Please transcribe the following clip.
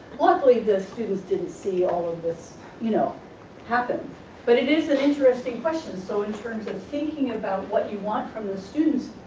luckily the students didn't see all of this you know happen but it is an interesting question so in terms of thinking about what you want from the students